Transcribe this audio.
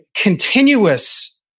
continuous